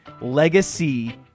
legacy